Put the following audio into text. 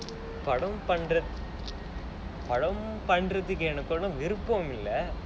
படம் பன்றதுக்கு எனக்கு விருப்பம் இல்லை:padam pandrathuku ennaku virupam illai